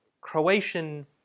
Croatian